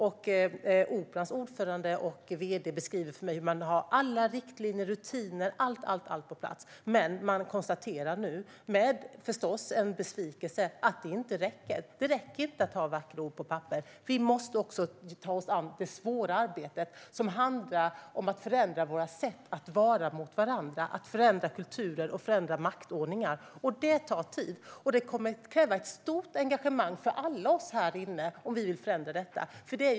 Operans ordförande och vd har beskrivit för mig att man har allt, alla riktlinjer och alla rutiner på plats. Men man konstaterar nu med besvikelse att det inte räcker. Det räcker inte med att ha vackra ord på papper. Vi måste också ta oss an det svåra arbete som handlar om att förändra våra sätt att vara mot varandra, att förändra kulturen och att förändra maktordningar, och det tar tid. Det kommer att krävas ett stort engagemang från oss alla här om vi vill förändra detta.